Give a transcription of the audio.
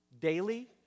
daily